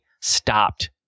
stopped